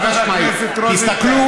אתה יודע מה ביטחוני?